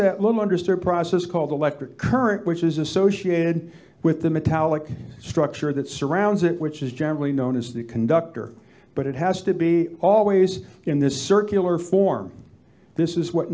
process understeer process called electric current which is associated with the metallic structure that surrounds it which is generally known as the conductor but it has to be always in this circular form this is what